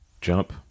jump